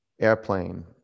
Airplane